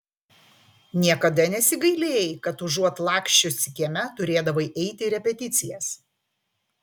niekada nesigailėjai kad užuot laksčiusi kieme turėdavai eiti į repeticijas